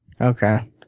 Okay